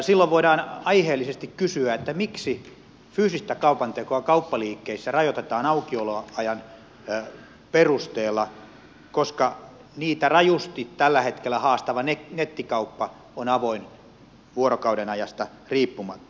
silloin voidaan aiheellisesti kysyä miksi fyysistä kaupantekoa kauppaliikkeissä rajoitetaan aukioloajan perusteella ja niitä rajusti tällä hetkellä haastava nettikauppa on avoinna vuorokaudenajasta riippumatta